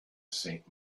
saint